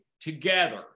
together